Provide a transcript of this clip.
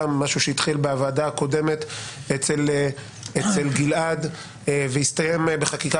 גם משהו שהתחיל בוועדה הקודמת אצל גלעד והסתיים בחקיקה